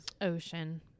Ocean